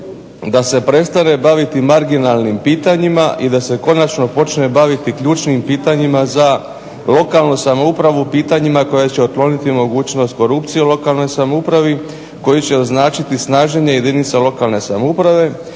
da se prestane baviti marginalnim pitanjima i da se konačno počne baviti ključnim pitanjima za lokalnu samoupravu, pitanjima koja će otkloniti mogućnost korupcije u lokalnoj samoupravi, koji će označiti snaženje jedinica lokalne samouprave,